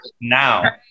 now